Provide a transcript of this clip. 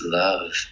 love